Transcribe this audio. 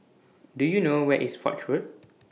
Do YOU know Where IS Foch Road